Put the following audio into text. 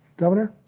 governor?